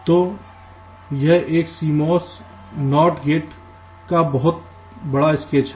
तो यह एक CMOS NOT गेट का बहुत स्केच है